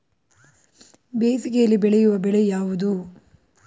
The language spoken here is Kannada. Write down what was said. ಬೇಸಿಗೆಯಲ್ಲಿ ಬೆಳೆಯುವ ಬೆಳೆ ಯಾವುದು?